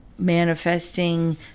manifesting